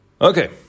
Okay